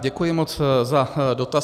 Děkuji moc za dotaz.